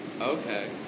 Okay